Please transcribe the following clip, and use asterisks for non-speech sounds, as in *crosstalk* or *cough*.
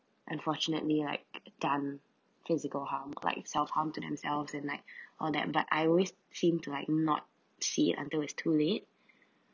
unfortunately like done physical harm like self harm to themselves and like *breath* all that but I always seemed to like not see it until it's too late *breath*